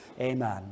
Amen